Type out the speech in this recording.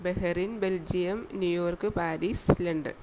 Bahrain Belgium New York Paris London